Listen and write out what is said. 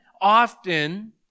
often